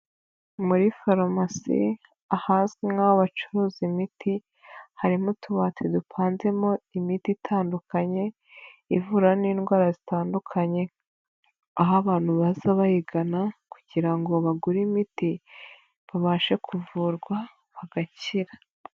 Muri farumasi ahazwi nkaho bacuruza imiti harimo utubati dupanzemo imiti itandukanye ivura n'indwara zitandukanye, aho abantu baza bayigana kugira ngo bagure imiti babashe kuvurwa bagakira.